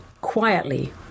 Quietly